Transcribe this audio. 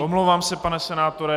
Omlouvám se, pane senátore.